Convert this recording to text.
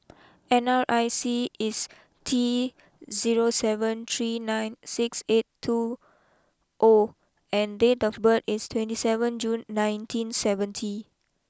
N R I C is T zero seven three nine six eight two O and date of birth is twenty seven June nineteen seventy